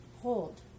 hold